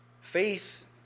Faith